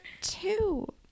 two